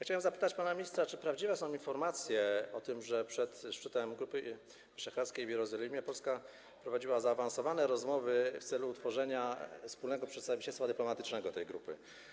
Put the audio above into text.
Chciałem zapytać pana ministra, czy prawdziwe są informacje o tym, że przed szczytem Grupy Wyszehradzkiej w Jerozolimie Polska prowadziła zaawansowane rozmowy w celu utworzenia wspólnego przedstawicielstwa dyplomatycznego tej grupy.